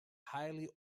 highly